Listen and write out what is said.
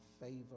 favor